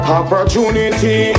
opportunity